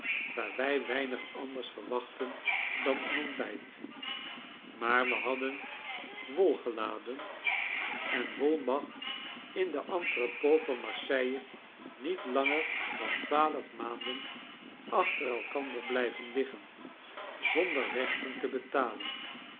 waar wij weinig anders verwachtten dan een ontbijt maar we hadden wol geladen en wol mag in het entrepot van marseill e niet langer dan twaalf maanden achter elkander blijven liggen zonder rechten te betalen